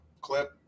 clip